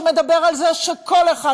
שמדבר על זה שכל אחד,